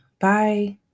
Bye